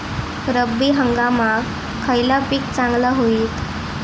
रब्बी हंगामाक खयला पीक चांगला होईत?